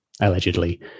allegedly